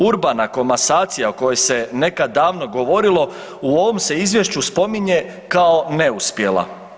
Urbana komasacija o kojoj se nekad davno govorilo u ovom se izvješću spominje kao neuspjela.